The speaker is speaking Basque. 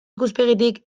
ikuspegitik